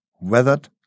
weathered